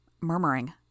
murmuring